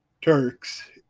Turks